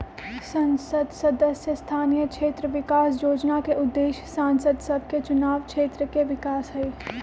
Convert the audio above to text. संसद सदस्य स्थानीय क्षेत्र विकास जोजना के उद्देश्य सांसद सभके चुनाव क्षेत्र के विकास हइ